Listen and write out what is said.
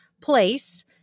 place